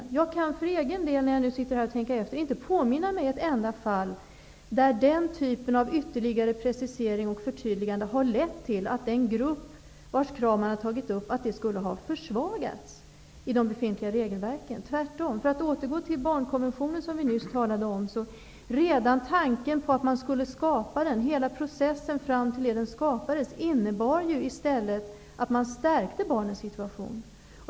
När jag tänker efter kan jag för egen del inte påminna mig ett enda fall där den typen av precisering och förtydligande lett till att den grupp vars krav man tagit upp skulle ha försvagats av de befintliga regelverken. Tvärtom! För att återgå till barnkonventionen, som vi nyss talade om, var det så att redan tanken på att vi skulle skapa den och hela processen fram till det den skapades faktiskt innebar att man stärkte barnens situation.